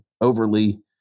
overly